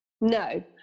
No